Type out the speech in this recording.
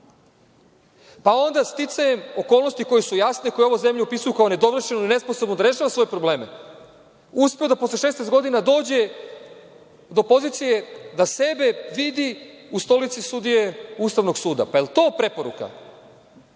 krađi? Sticajem okolnosti, koje su jasne, koje ovu zemlju opisuju kao nedovršenu, nesposobnu da rešava svoje probleme, uspeo da posle 16 godina dođe do pozicije da sebe vidi u stolici sudije Ustavnog suda. Da li je to preporuka?